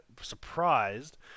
surprised